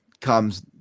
comes